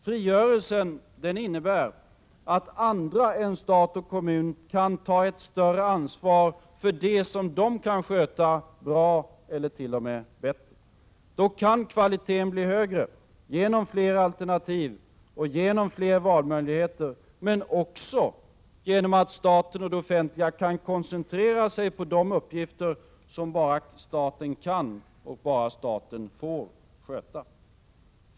Frigörelsen innebär att andra än stat och kommun kan ta ett större ansvar för det som de kan sköta bra eller t.o.m. bättre. Då kan kvaliteten bli högre — genom fler alternativ och fler valmöjligheter men också genom att staten och det offentliga kan koncentrera sig på de uppgifter som bara staten kan och får sköta.